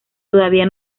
todavía